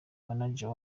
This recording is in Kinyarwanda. manager